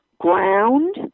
Ground